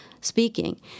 speaking